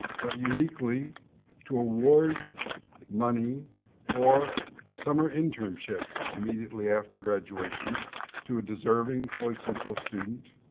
but uniquely to award money for a summer internship immediately after graduation to a deserving floyd central student.